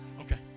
Okay